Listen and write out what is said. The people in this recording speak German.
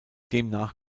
demnach